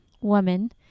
woman